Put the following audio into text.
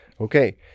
Okay